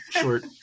short